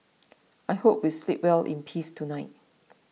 I hope we sleep well in peace tonight